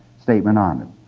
statement on it.